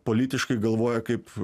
politiškai galvoja kaip